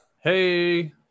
Hey